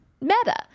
meta